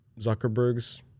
Zuckerberg's